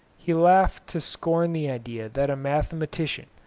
he laughed to scorn the idea that a mathematician,